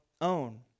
own